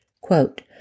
Quote